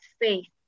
faith